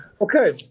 Okay